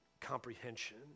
comprehension